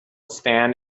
stand